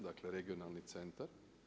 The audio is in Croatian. Dakle, regionalni centar.